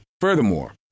Furthermore